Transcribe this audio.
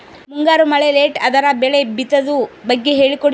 ಮುಂಗಾರು ಮಳೆ ಲೇಟ್ ಅದರ ಬೆಳೆ ಬಿತದು ಬಗ್ಗೆ ಹೇಳಿ ಕೊಡಿ?